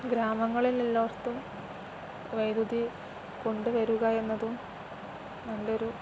ഗ്രാമങ്ങളിലെല്ലായിടത്തും വൈദ്യുതി കൊണ്ടുവരിക എന്നതും നല്ലൊരു